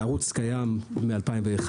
הערוץ קיים מ-2001,